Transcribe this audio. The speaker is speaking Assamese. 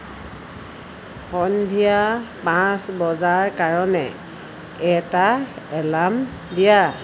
সন্ধিয়া পাঁচ বজাৰ কাৰণে এটা এলাৰ্ম দিয়া